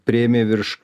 priėmė virš